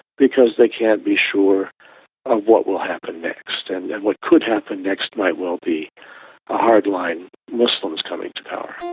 because they can't be sure of what will happen next, and and what could happen next might well be ah hard-line muslims coming to power.